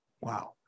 Wow